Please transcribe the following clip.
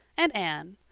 and anne,